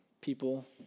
people